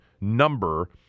number